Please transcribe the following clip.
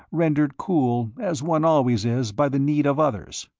rendered cool, as one always is, by the need of others.